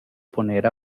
poner